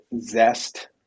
zest